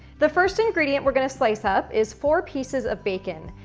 the first ingredient we're gonna slice up is four pieces of bacon.